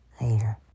Later